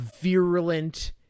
virulent